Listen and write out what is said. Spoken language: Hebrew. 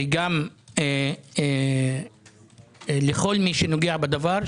וגם לכל מי שנוגע בדבר,